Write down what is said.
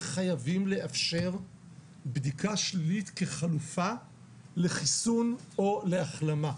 חייבים לאפשר בדיקה שלילית כחלופה לחיסון או להחלמה.